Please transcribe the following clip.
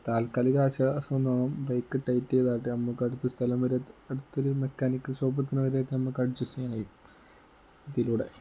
തൽക്കാലികാശ്വാസം എന്നാകും bike tight ചെയ്തതായിട്ട് നമുക്ക് അടുത്ത സ്ഥലം വരെ അടുത്തൊരു മെക്കാനിക് ഷോപ്പ് എത്തുന്ന വരെയൊക്കെ നമുക്ക് അഡ്ജസ്റ്റ് ചെയ്യാൻ കഴിയും ഇതിലൂടെ